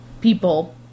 people